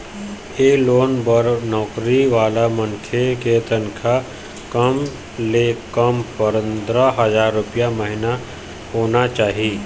ए loan बर नउकरी वाला मनखे के तनखा कम ले कम पंदरा हजार रूपिया महिना होना चाही